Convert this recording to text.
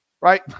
right